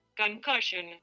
Concussion